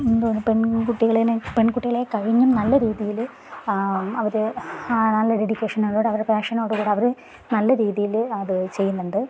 എന്താണ് പെൺകുട്ടികളെ പെൺകുട്ടികളെ കഴിഞ്ഞും നല്ല രീതിയിൽ അവർ നല്ല ഡെഡിക്കേഷനോടുകൂടെ അവരെ പാഷനോടുകൂടെ അവർ നല്ല രീതിയിൽ അത് ചെയ്യുന്നുണ്ട്